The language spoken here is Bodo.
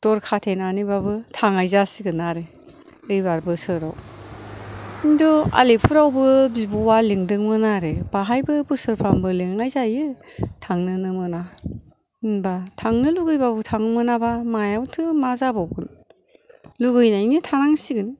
दर खाथेनानैबाबो थांनाय जासिगोन आरो ऐबार बोसोराव खिन्थु आलिपुरावबो बिब'आ लिंदोंमोन आरो बेहायबो बोसोरफ्रामबो लिंनाय जायो थांनोनो मोना होमबा थांनो लुबैबाबो थांनो मोनाबा मायावथो मा जाबावगोन लुबैनायैनो थानांसिगोन